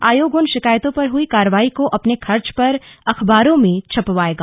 आयोग उन शिकायतों पर हुई कार्रवाई को अपने खर्च पर अखबारों में छपवायेगा